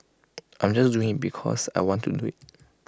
I'm just doing because I want to do IT